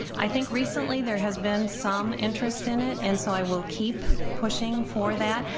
i think recently there has been some interest in it, and so i will keep pushing for that.